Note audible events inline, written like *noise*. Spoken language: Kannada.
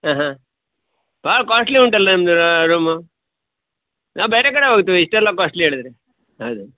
ಹಾಂ ಹಾಂ ಭಾಳ ಕ್ವಾಸ್ಟ್ಲಿ ಉಂಟಲ್ಲ ನಿಮ್ದು ರೂಮು ನಾವು ಬೇರೆ ಕಡೆ ಹೋಗ್ತೇವೆ ಇಷ್ಟೆಲ್ಲ ಕ್ವಾಸ್ಟ್ಲಿ ಹೇಳಿದ್ರೆ *unintelligible*